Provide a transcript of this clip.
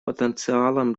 потенциалом